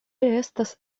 estas